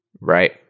Right